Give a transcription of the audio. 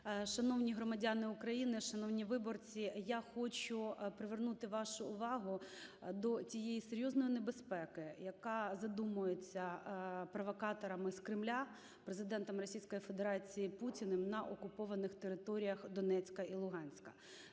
Шановні громадяни України, шановні виборці! Я хочу привернути вашу увагу до тієї серйозної небезпеки, яка задумується провокатором з Кремля, Президентом Російської Федерації Путіним на окупованих територіях Донецька і Луганська,